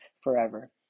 forever